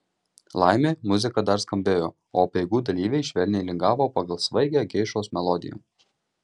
laimė muzika dar skambėjo o apeigų dalyviai švelniai lingavo pagal svaigią geišos melodiją